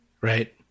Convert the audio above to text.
right